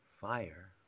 FIRE